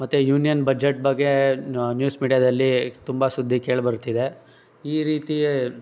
ಮತ್ತು union budget ಬಗ್ಗೆ news ಮೀಡ್ಯಾದಲ್ಲಿ ತುಂಬ ಸುದ್ದಿ ಕೇಳಿಬರ್ತಿದೆ ಈ ರೀತಿ